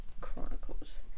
Chronicles